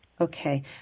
Okay